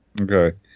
Okay